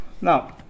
Now